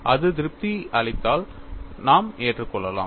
அது திருப்தி அளித்தால் நாம் ஏற்றுக்கொள்ளலாம்